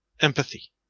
empathy